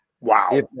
Wow